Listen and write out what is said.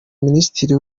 minisitiri